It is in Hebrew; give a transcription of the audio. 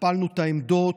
הכפלנו את העמדות,